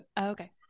Okay